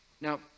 Now